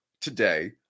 today